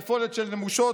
נפולת של נמושות",